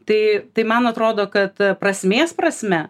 tai tai man atrodo kad prasmės prasme